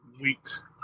weeks